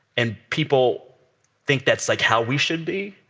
and people think that's, like, how we should be.